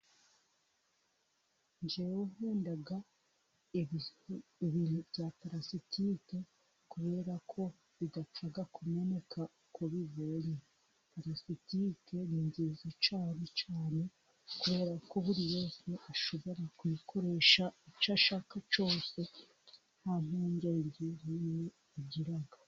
Njyewe nkunda ibintu bya palasitike, kubera ko bidapfa kumeneka uko bibonye, palasitike ni nziza cyane cyane kubera ko buri wese ashobora kuyikoresha icyo ashaka cyose, nta mpungenge nini agira.